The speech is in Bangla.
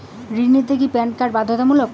ঋণ নিতে কি প্যান কার্ড বাধ্যতামূলক?